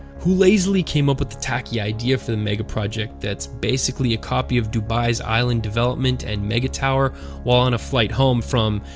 who lazily came up with the tacky idea for the megaproject that's basically a copy of dubai's island development and mega-tower while on a flight home from,